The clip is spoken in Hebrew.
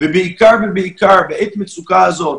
ובעיקר בעת מצוקה הזאת,